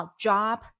Job